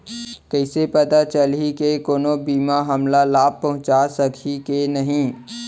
कइसे पता चलही के कोनो बीमा हमला लाभ पहूँचा सकही के नही